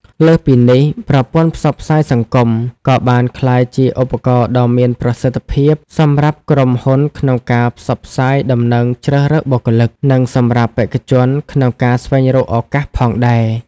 លើសពីនេះ ប្រព័ន្ធផ្សព្វផ្សាយសង្គម ក៏បានក្លាយជាឧបករណ៍ដ៏មានប្រសិទ្ធភាពសម្រាប់ក្រុមហ៊ុនក្នុងការផ្សព្វផ្សាយដំណឹងជ្រើសរើសបុគ្គលិក និងសម្រាប់បេក្ខជនក្នុងការស្វែងរកឱកាសផងដែរ។